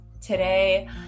today